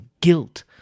Guilt